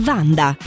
Vanda